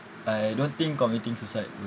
I don't think committing suicide will